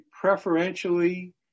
preferentially